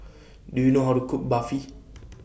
Do YOU know How to Cook Barfi